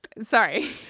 Sorry